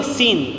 sin